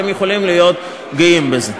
אתם יכולים להיות גאים בזה.